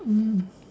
mm